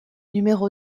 numéro